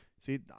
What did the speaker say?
See